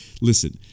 listen